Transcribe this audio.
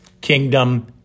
kingdom